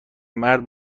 مرد